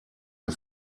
der